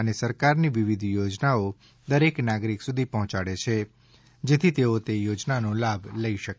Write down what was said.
અને સરકારની વિવિધ યોજનાઓ દરેક નાગરિક સુધી પહોંચાડે છે જેથી તેઓ તે યોજનાઓનો લાભ લઈ શકે